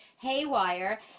Haywire